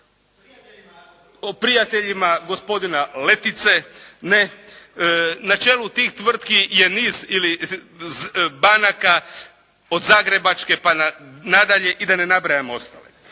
o prijateljima gospodine Letice. Na čelu tih tvrtki je niz ili banaka od "Zagrebačke" pa nadalje i da ne nabrajam ostale.